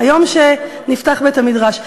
היום שבו נפתח בית-המדרש.